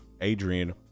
Adrian